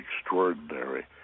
extraordinary